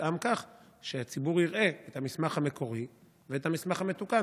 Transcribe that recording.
תותאם כך שהציבור יראה את המסמך המקורי ואת המסמך המתוקן,